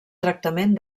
tractament